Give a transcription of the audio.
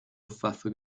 luftwaffe